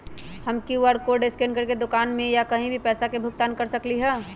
हम QR code scan करके दुकान में या कहीं भी पैसा के भुगतान कर सकली ह?